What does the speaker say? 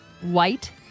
white